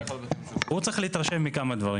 הוא צריך להתרשם מכמה דברים.